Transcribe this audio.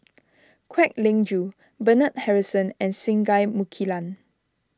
Kwek Leng Joo Bernard Harrison and Singai Mukilan